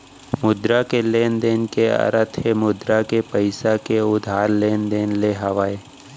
मुद्रा के लेन देन के अरथ हे मुद्रा के पइसा के उधार लेन देन ले हावय